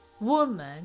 woman